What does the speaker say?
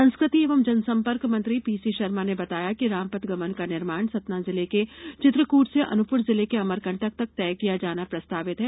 संस्कृति एवं जनसंपर्क मंत्री पी सी शर्मा ने बताया कि राम पथ गमन का निर्माण सतना जिले के चित्रकट से अनुपपुर जिले के अमरंकटक तक किया जाना प्रस्तावित है